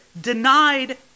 denied